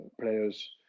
players